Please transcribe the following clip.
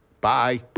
Bye